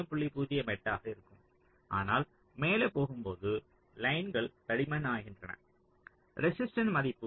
08 ஆகும் ஆனால் மேலே போகும்போது லைன்கள் தடிமனாகின்றன ரெசிஸ்டன்ஸ் மதிப்பு 0